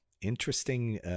Interesting